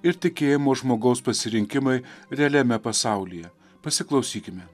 ir tikėjimo žmogaus pasirinkimai realiame pasaulyje pasiklausykime